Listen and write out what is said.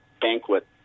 banquet